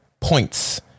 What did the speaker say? points